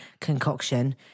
concoction